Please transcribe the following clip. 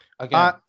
Okay